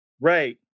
Right